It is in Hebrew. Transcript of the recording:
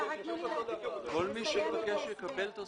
כל מי שיבקש יקבל את הזכויות.